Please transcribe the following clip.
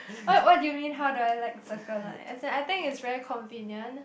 what what do you mean how do I like Circle Line as I I think is very convenient